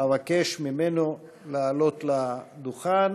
אבקש ממנו לעלות לדוכן,